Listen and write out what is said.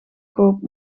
koopt